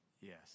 Yes